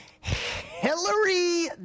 Hillary